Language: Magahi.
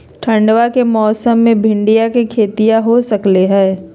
ठंडबा के मौसमा मे भिंडया के खेतीया हो सकये है?